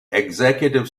executive